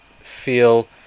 feel